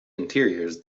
interiors